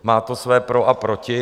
Má to své pro a proti.